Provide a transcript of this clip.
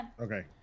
Okay